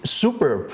super